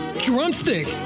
drumstick